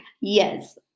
Yes